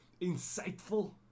insightful